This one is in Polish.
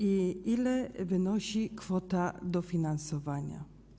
Ile wynosi kwota dofinansowania?